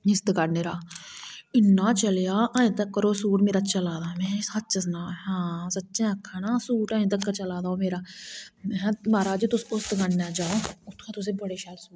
जिस दकाने रा इन्ना चलेआ अजै तक अगर ओह् सूट मेरा चला दा में सच सनां ऐ हां सच्चे आक्खा नी ओह् सूट अजै तकर चला दा मेरा में है महाराज तुस उस दकानर जाओ उत्थुआं तुसेंगी बडे़ शैल